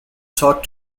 sought